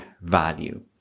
value